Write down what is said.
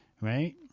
Right